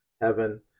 heaven